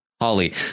Holly